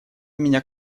меня